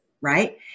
right